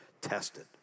tested